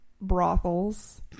brothels